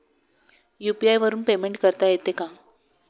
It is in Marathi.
यु.पी.आय वरून पेमेंट करता येते का?